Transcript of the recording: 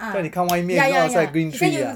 叫你看外面 look outside green tree ah